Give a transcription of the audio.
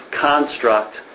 construct